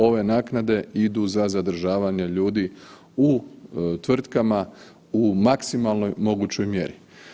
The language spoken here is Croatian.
Ove naknade idu za zadržavanje ljudi u tvrtkama u maksimalno mogućoj mjeri.